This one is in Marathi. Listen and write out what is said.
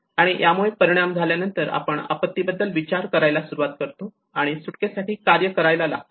आणि त्यामुळे परिणाम झाल्या नंतर आपण आपत्ती बद्दल विचार करायला सुरुवात करतो आणि सुटकेसाठी कार्य करायला लागतो